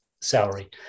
salary